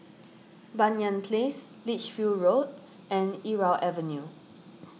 Banyan Place Lichfield Road and Irau Avenue